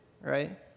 right